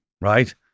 right